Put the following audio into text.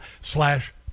slash